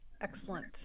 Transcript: excellent